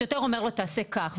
השוטר אומר לו לעשות כך,